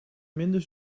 minder